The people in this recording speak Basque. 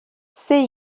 zer